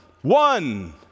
one